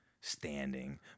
standing